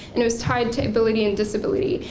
and it was tied to ability and disability,